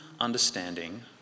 understanding